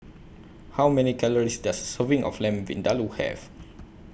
How Many Calories Does Serving of Lamb Vindaloo Have